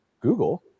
Google